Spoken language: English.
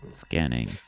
scanning